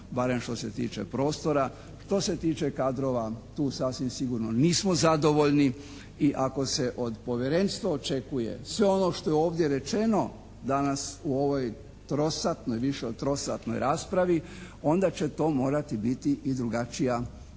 barem što se tiče prostora. Što se tiče kadrova tu sasvim sigurno nismo zadovoljni i ako se od povjerenstva očekuje sve ono što je ovdje rečeno danas u ovoj trosatnoj, više od trosatnoj raspravi onda će to morati biti i drugačija